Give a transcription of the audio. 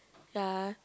ya